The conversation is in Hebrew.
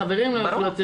לחברים הם לא יכלו לצאת.